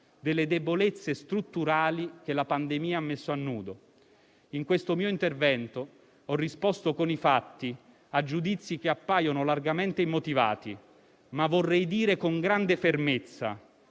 delle debolezze strutturali che la pandemia ha messo a nudo. In questo mio intervento ho risposto con i fatti a giudizi che appaiono largamente immotivati. Ma vorrei dire con grande fermezza